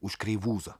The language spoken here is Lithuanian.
už kreivūzo